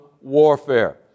warfare